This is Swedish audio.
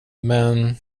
men